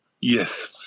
Yes